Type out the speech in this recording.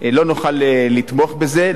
לא נוכל לתמוך בזה,